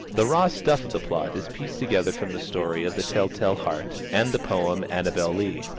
the raw stuff of the plot is pieced together from the story of the tell-tale heart and the poem annabel lee.